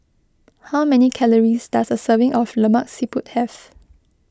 how many calories does a serving of Lemak Siput have